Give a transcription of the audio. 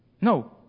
No